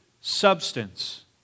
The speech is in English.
substance